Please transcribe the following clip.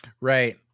Right